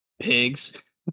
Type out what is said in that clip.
Pigs